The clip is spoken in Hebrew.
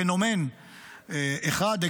פנומן אחד,